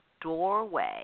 doorway